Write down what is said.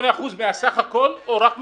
28% מהסך הכול או רק מהבסיס?